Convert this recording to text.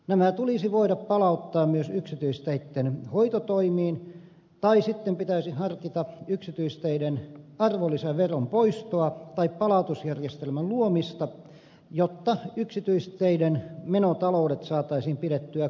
nämä tulisi voida palauttaa myös yksityisteitten hoitotoimiin tai sitten pitäisi harkita yksityisteiden arvonlisäveron poistoa tai palautusjärjestelmän luomista jotta yksityisteiden menotaloudet saataisiin pidettyä kurissa